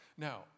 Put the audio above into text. Now